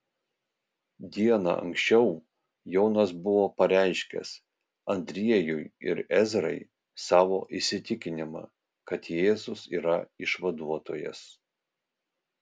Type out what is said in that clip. diena anksčiau jonas buvo pareiškęs andriejui ir ezrai savo įsitikinimą kad jėzus yra išvaduotojas